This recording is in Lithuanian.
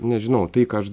nežinau tai ką aš